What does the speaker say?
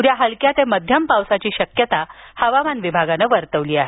उद्या हलक्या ते मध्यम पावसाची शक्यता हवामान विभागानं वर्तवली आहे